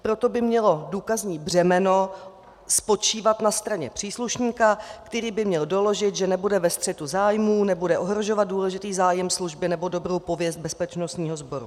Proto by mělo důkazní břemeno spočívat na straně příslušníka, který by měl doložit, že nebude ve střetu zájmů, nebude ohrožovat důležitý zájem služby nebo dobrou pověst bezpečnostního sboru.